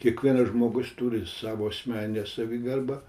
kiekvienas žmogus turi savo asmeninę savigarbą